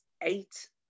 eight